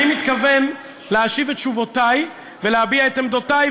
אני מתכוון להשיב את תשובותי ולהביע את עמדותי,